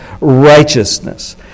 righteousness